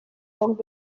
poc